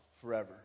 forever